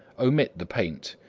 omit the paint,